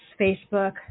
Facebook